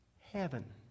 Heaven